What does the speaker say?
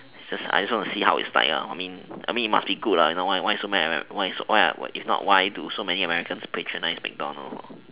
just I just want to see how it's like I mean I mean it must be good if not why so many why why if not why do so many Americans patronise mcdonald